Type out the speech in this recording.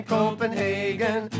Copenhagen